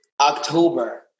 October